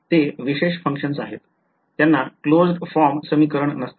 ते विशेष Function आहेत त्यांना क्लोज्ड फॉर्म समीकरण नसतात